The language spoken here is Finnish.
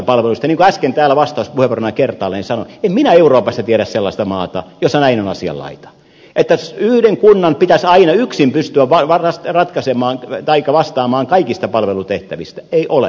niin kuin äsken täällä vastauspuheenvuorona kertaalleen sanoin en minä euroopassa tiedä sellaista maata jossa näin on asianlaita että yhden kunnan pitäisi aina yksin pystyä ratkaisemaan taikka vastaamaan kaikista palvelutehtävistä ei ole